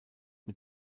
mit